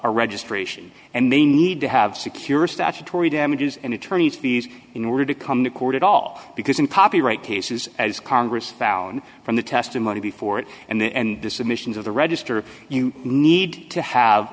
a registration and they need to have secure statutory damages and attorneys fees in order to come to court at all because in poppy right cases as congress found from the testimony before it and the and the submissions of the register you need to have